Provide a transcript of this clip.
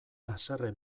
haserre